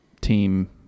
team